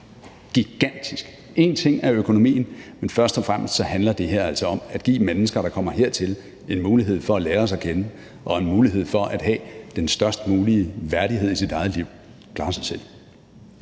gigantisk. Én ting er økonomien, men først og fremmest handler det her altså om at give mennesker, der kommer hertil, en mulighed for at lære os at kende og en mulighed for at have den størst mulige værdighed i sit eget liv, nemlig ved